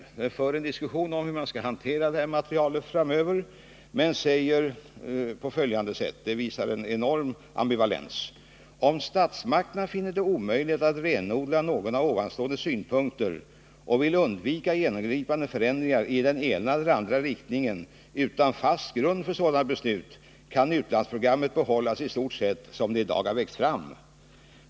Utredaren för en diskussion om hur man skall hantera det här materialet framöver men säger — vilket visar en enorm ambivalens: ”Om statsmakterna finner det omöjligt att renodla någon av ovanstående synpunkter och vill undvika genomgripande förändringar i den ena eller andra riktningen utan fast grund för sådana beslut kan utlandsprogrammet bibehållas i stort sett som det i dag har växt fram.